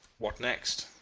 what next?